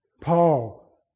Paul